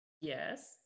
yes